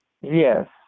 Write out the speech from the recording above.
yes